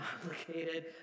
complicated